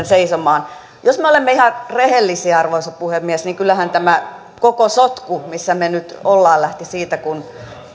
seisomaan jos me olemme ihan rehellisiä arvoisa puhemies niin kyllähän tämä koko sotku missä me nyt olemme lähti siitä kun